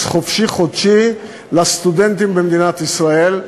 "חופשי חודשי" לסטודנטים במדינת ישראל,